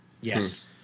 Yes